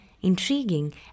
intriguing